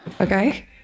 Okay